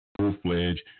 full-fledged